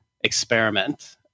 experiment